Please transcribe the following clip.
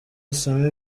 usome